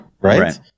right